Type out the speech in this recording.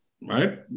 right